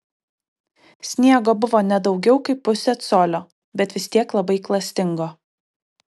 sniego buvo ne daugiau kaip pusė colio bet vis tiek labai klastingo